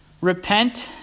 repent